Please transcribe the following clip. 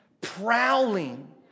prowling